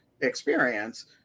experience